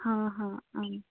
हा हा आम्